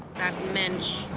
that mensch.